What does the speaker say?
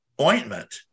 ointment